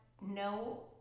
no